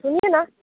सुनिए न